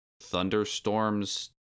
thunderstorms